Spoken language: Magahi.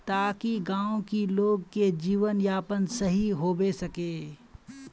ताकि गाँव की लोग के जीवन यापन सही होबे सके?